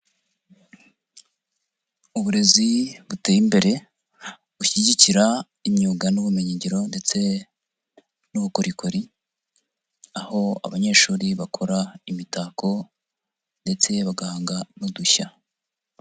Uburezi buteye imbere bushyigikira imyuga n'ubumenyingiro ndetse n'ubukorikori, aho abanyeshuri bakora imitako ndetse bagahanga n'udushya.